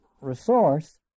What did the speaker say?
resource